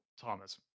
Thomas